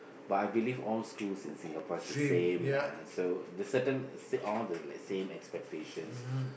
but I believe all schools in Singapore is the same lah so the certain uh same all the like same expectations